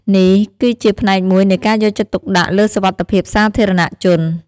នេះគឺជាផ្នែកមួយនៃការយកចិត្តទុកដាក់លើសុវត្ថិភាពសាធារណៈជន។